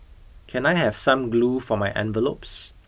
can I have some glue for my envelopes